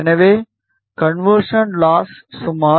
எனவே conversion loss சுமார் 12